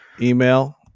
Email